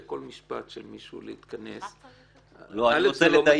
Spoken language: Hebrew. כל משפט של מישהו להיכנס לדבריו -- לדייק,